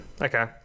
okay